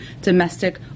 domestic